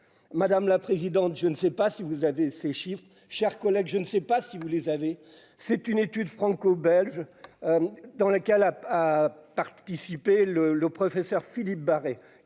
madame la présidente, je ne sais pas si vous avez ces chiffres, chers collègues, je ne sais pas si vous les avez c'est une étude franco-belge, dans le cas-là a participé le le professeur Philippe Barret,